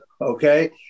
okay